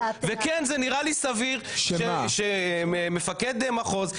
וכן זה נראה לי סביר שמפקד מחוז,